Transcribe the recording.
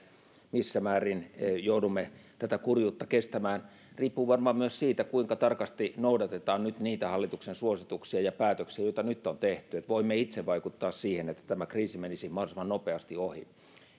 missä määrin joudumme tätä kurjuutta kestämään riippuu varmaan myös siitä kuinka tarkasti noudatetaan nyt niitä hallituksen suosituksia ja päätöksiä joita nyt on tehty voimme itse vaikuttaa siihen että tämä kriisi menisi mahdollisimman nopeasti ohi